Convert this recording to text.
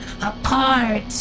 apart